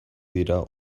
dira